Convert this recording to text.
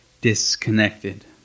Disconnected